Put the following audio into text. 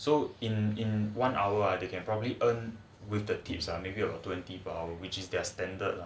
so so in in one hour they can probably earn with the tips ah maybe about twenty per hour which is their standard